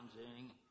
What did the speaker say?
challenging